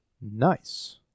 Nice